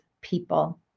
people